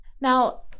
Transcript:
Now